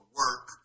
work